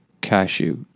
cashew